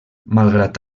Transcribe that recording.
malgrat